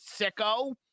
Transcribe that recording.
sicko